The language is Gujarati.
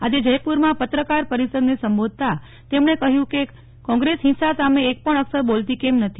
આજે જ્યપુરમાં પત્રકાર પરિષદને સંબોધતા તેમણે કહ્યું કે કોંગ્રેસ હિંસા સામે એકપણ અક્ષર બોલતી કેમ નથી